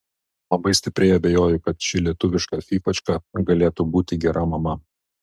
labai stipriai abejoju kad ši lietuviška fyfačka galėtų būti gera mama